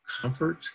comfort